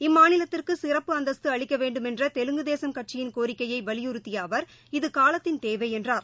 இம்மாநிலத்திற்கு சிறப்பு அந்தஸ்து அளிக்க வேண்டுமென்ற தெலுங்கு தேசம் கட்சியின் கோரிக்கையை வலியுறுத்திய அவர் இது காலத்தின் தேவை என்றார்